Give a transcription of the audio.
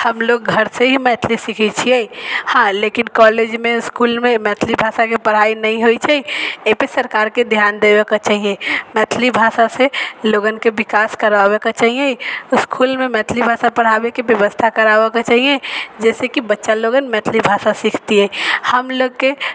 हमलोक घरसँ ही मैथिली सिखै छिए हँ लेकिन कॉलेजमे इसकुलमे मैथिली भाषाके पढ़ाइ नहि होइ छै एहिपर सरकारके धिआन देबैके चाही मैथिली भाषासँ लोगनके विकास करबाबैके चाही इसकुलमे मैथिली भाषा पढ़ाबैके बेबस्था कराबैके चाही जइसेकि बच्चा लोगन मैथिली भाषा सिखतिए हमलोकके